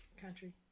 Country